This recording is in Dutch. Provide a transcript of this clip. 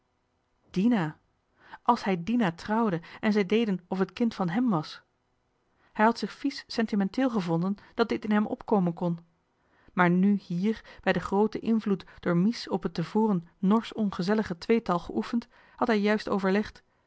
dina als hij dina trouwde en zij deden of het kind van hem was hij had zich vies sentimenteel gevonden dat dit in hem opkomen kon maar nu hier bij den grooten invloed door mies op het te voren stuursch ongezellige tweetal geoefend had hij juist overlegd